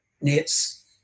nets